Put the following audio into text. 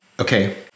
Okay